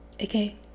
Okay